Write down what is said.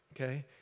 okay